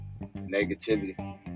negativity